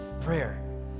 prayer